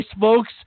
folks